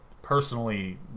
Personally